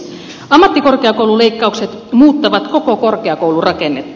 ammattikorkeakoululeikkaukset muuttavat ko ko korkeakoulurakennetta